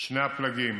שני הפלגים,